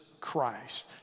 Christ